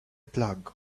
plague